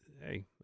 Hey